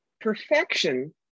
Perfection